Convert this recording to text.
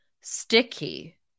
sticky